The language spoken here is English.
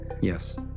Yes